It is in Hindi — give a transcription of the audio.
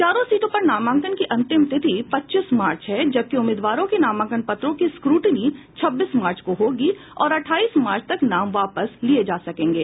चारों सीटों पर नामांकन की अंतिम तिथि पच्चीस मार्च है जबकि उम्मीदवारों के नामांकन पत्रों की स्क्रूटनी छब्बीस मार्च को होगी और अठाईस मार्च तक नाम वापस लिये जा सकेंगे